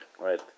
right